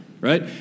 Right